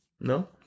No